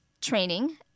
training